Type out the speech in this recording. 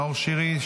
נאור שירי,